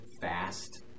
fast